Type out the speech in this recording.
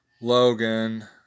logan